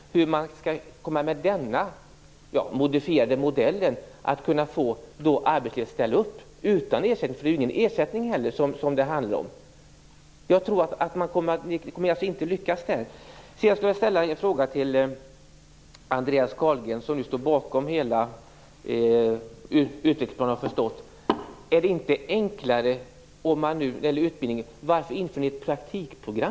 Då förstår jag inte hur man med denna modifierade modell skall kunna få arbetslivet att ställa upp utan ersättning - för det handlar ju inte om någon ersättning. Ni kommer inte att lyckas med det. Efter vad jag har förstått står Andreas Carlgren bakom hela utvecklingsplanen. Jag vill då fråga: Varför inför ni i så fall ett praktikprogram?